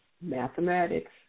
Mathematics